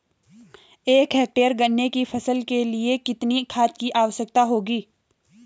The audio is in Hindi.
एक हेक्टेयर गन्ने की फसल के लिए कितनी खाद की आवश्यकता होगी?